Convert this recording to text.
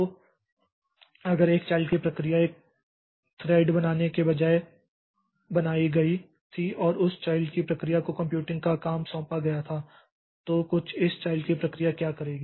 इसलिए अगर एक चाइल्ड की प्रक्रिया एक थ्रेड बनाने के बजाय बनाई गई थी और उस चाइल्ड की प्रक्रिया को कंप्यूटिंग का काम सौंपा गया था तो कुछ इस चाइल्ड की प्रक्रिया क्या करेगी